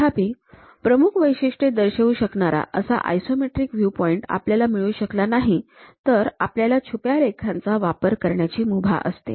तथापि प्रमुख वैशिष्ट्ये दर्शवू शकणारा असा आयसोमेट्रिक व्ह्यूपॉईंट आपल्या मिळू शकला नाही तर आपल्याला छुप्या रेखांचा वापर करण्याची मुभा असते